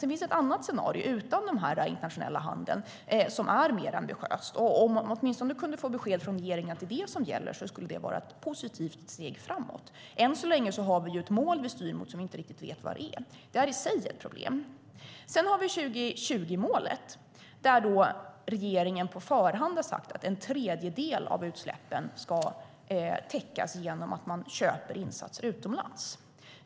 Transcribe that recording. Det finns ett annat scenario utan den här internationella handeln som är mer ambitiöst, och om man åtminstone kunde få besked från regeringen att det är det som gäller skulle det vara ett positivt steg framåt. Än så länge har vi ju ett mål vi styr mot som vi inte riktigt vet vad det är. Det är i sig ett problem. Sedan har vi 2020-målet, där regeringen på förhand har sagt att en tredjedel av utsläppen ska täckas genom att man köper insatser utomlands.